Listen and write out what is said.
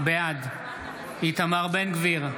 בעד איתמר בן גביר,